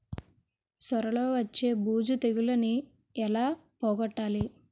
సొర లో వచ్చే బూజు తెగులని ఏల పోగొట్టాలి?